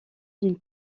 d’une